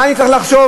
מה אני צריך לחשוב?